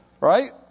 Right